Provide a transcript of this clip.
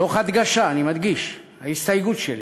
תוך הדגשה, אני מדגיש, ההסתייגות שלי